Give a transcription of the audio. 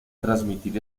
transmitir